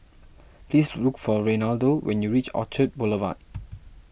please look for Reynaldo when you reach Orchard Boulevard